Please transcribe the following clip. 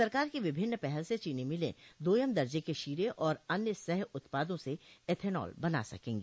सरकार की विभिन्न पहल से चीनी मिल दोयम दर्जे के शीरे और अन्य सह उत्पादों से एथेनॉल बना सकेंगी